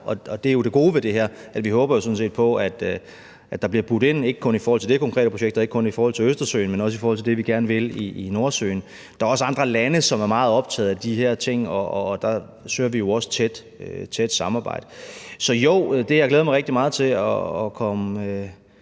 Det er jo det gode ved det, for vi håber jo sådan set på, at der bliver budt ind, ikke kun i forhold til det her konkrete projekt og ikke kun i forhold til Østersøen, men også i forhold til det, vi gerne vil i Nordsøen. Der er også andre lande, som er meget optaget af de her ting, og dér søger vi jo også tæt samarbejde. Så det, jeg glæder mig rigtig meget til at komme